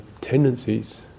tendencies